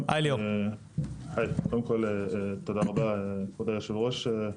קודם כל תודה רבה כבוד היושב-ראש,